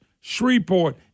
shreveport